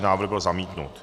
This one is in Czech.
Návrh byl zamítnut.